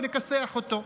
ונכסח אותו.